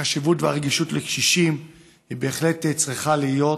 החשיבות והרגישות לקשישים בהחלט צריכה להיות.